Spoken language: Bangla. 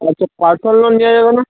আচ্ছা পার্সোনাল লোন নেওয়া যাবে না